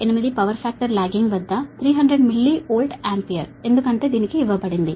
8 power factor lagging వద్ద 300 MVA ఎందుకంటే దీనికి ఇవ్వబడింది